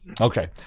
Okay